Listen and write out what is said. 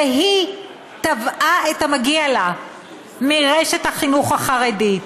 והיא תבעה את המגיע לה מרשת החינוך החרדית.